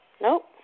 Nope